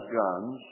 guns